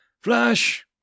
Flash